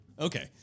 Okay